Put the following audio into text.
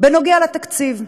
בעניין התקציב.